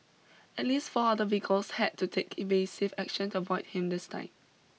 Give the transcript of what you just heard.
at least four other vehicles had to take evasive action to avoid him this time